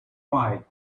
wide